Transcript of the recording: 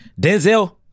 Denzel